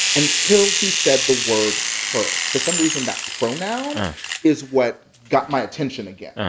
until he said the word her. for some reason, that pronoun is what got my attention again.